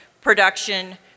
production